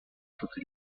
tutti